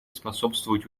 способствовать